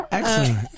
Excellent